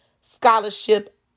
scholarship